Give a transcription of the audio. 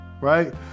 right